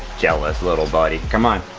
jealous little buddy, come on,